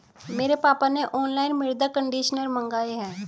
मेरे पापा ने ऑनलाइन मृदा कंडीशनर मंगाए हैं